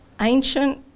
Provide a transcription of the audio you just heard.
ancient